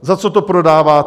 Za co to prodáváte?